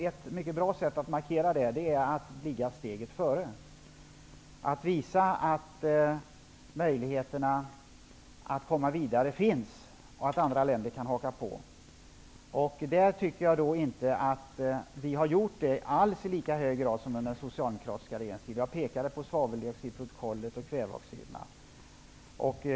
Ett mycket bra sätt att markera det är att ligga steget före och att visa att det finns möjligheter att komma vidare och att andra länder kan haka på. Jag tycker att det nu inte alls har gjorts i lika hög grad som under den socialdemokratiska regeringstiden. Jag pekade på svaveldioxidprotokollet och kväveoxiderna.